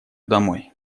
домой